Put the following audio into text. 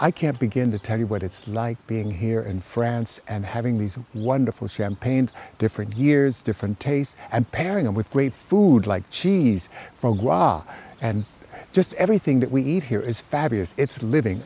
i can't begin to tell you what it's like being here in france and having these wonderful champagne different years different tastes and pairing them with great food like cheese from gras and just everything that we eat here is fabulous it's living